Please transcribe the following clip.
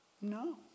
No